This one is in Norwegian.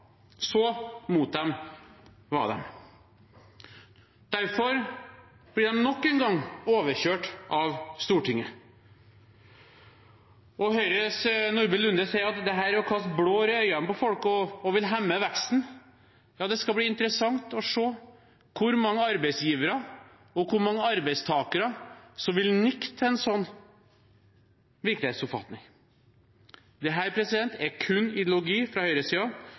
Så mot dem var de. Derfor blir de nok en gang overkjørt av Stortinget. Høyres Nordby Lunde sier at dette er å kaste blår i øynene på folk og vil hemme veksten. Ja, det skal bli interessant å se hvor mange arbeidsgivere og hvor mange arbeidstakere som vil nikke til en sånn virkelighetsoppfatning. Dette er kun ideologi fra